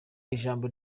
ijambo